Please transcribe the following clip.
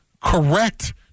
correct